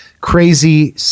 crazy